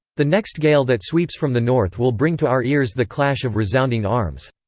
the next gale that sweeps from the north will bring to our ears the clash of resounding arms!